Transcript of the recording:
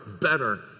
better